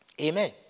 Amen